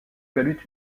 valut